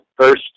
first